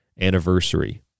anniversary